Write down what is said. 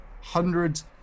hundreds